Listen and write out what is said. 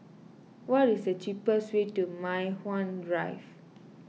what is the cheapest way to Mei Hwan Drive